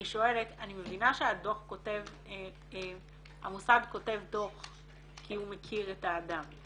אני מבינה שהמוסד כותב דוח כי הוא מכיר את האדם.